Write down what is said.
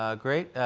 ah great.